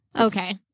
Okay